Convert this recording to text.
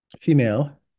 female